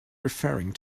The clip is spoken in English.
referring